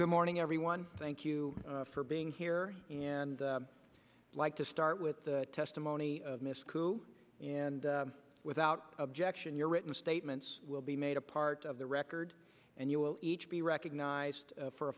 good morning everyone thank you for being here and like to start with the testimony of mr cooper and without objection your written statements will be made a part of the record and you will each be recognized for